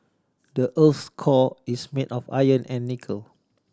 the earth's core is made of iron and nickel